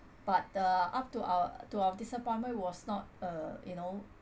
but the up to our to our disappointment was not uh you know